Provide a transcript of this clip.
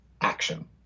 action